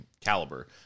caliber